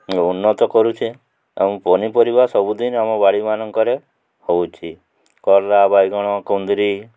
ଉନ୍ନତ କରୁଛେ ଏବଂ ପନିପରିବା ସବୁଦିନ ଆମ ବାଡ଼ିମାନଙ୍କରେ ହେଉଛି କଲରା ବାଇଗଣ କୁନ୍ଦରି